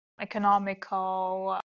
economical